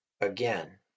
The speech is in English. Again